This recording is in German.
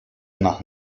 nach